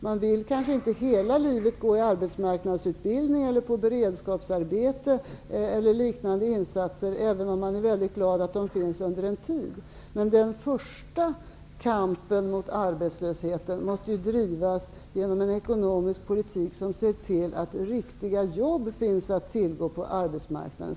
Man kan kanske inte hela livet ingå i arbetsmarknadsutbildning eller beredskapsarbete eller vara föremål för liknande insatser, även om man under en tid är glad för att de finns. Den första kampen mot arbetslösheten måste drivas med hjälp av en ekonomisk politik som ser till att riktiga jobb finns att tillgå på arbetsmarknaden.